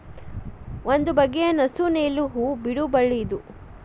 ಒಂದು ಬಗೆಯ ನಸು ನೇಲು ಹೂ ಬಿಡುವ ಬಳ್ಳಿ ಇದು